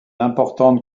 importante